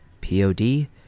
P-O-D